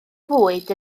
fwyd